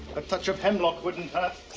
a touch of hemlock wouldn't